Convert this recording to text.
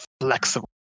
flexible